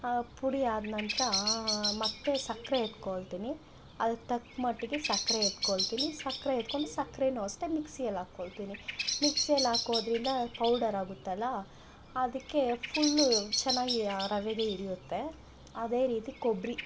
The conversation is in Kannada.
ಆ ಪುಡಿ ಆದ ನಂತರ ಮತ್ತು ಸಕ್ಕರೆ ಎತ್ಕೊಳ್ತೀನಿ ಅದಕ್ಕೆ ತಕ್ಕ ಮಟ್ಟಿಗೆ ಸಕ್ಕರೆ ಎತ್ಕೊಳ್ತೀನಿ ಸಕ್ಕರೆ ಎತ್ಕೊಂಡು ಸಕ್ಕರೆ ಅಷ್ಟೇ ಮಿಕ್ಸಿಯಲ್ಲಿ ಹಾಕೊಳ್ತೀನಿ ಮಿಕ್ಸಿಯಲ್ಲಿ ಹಾಕೋದರಿಂದ ಪೌಡರ್ ಆಗುತ್ತಲ್ಲ ಅದಕ್ಕೆ ಫುಲ್ಲು ಚೆನ್ನಾಗಿ ರವೆಗೆ ಹಿಡಿಯುತ್ತೆ ಅದೇ ರೀತಿ ಕೊಬ್ಬರಿ